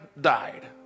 died